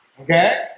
Okay